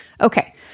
Okay